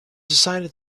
decided